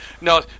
no